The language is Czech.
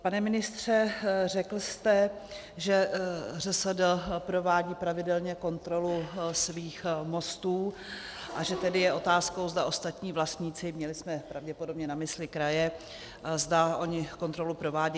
Pane ministře, řekl jste, že ŘSD provádí pravidelně kontrolu svých mostů a že tedy je otázkou, zda ostatní vlastníci měli jsme pravděpodobně na mysli kraje zda oni kontrolu provádějí.